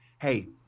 hey